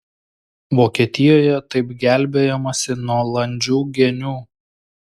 vokietijoje taip gelbėjamasi nuo landžių genių